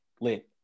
late